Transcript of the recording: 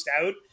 out